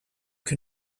can